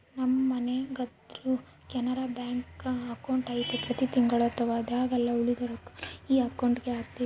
ನಮ್ಮ ಮನೆಗೆಲ್ಲರ್ದು ಕೆನರಾ ಬ್ಯಾಂಕ್ನಾಗ ಅಕೌಂಟು ಐತೆ ಪ್ರತಿ ತಿಂಗಳು ಅಥವಾ ಆದಾಗೆಲ್ಲ ಉಳಿದ ರೊಕ್ವನ್ನ ಈ ಅಕೌಂಟುಗೆಹಾಕ್ತಿವಿ